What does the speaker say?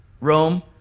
Rome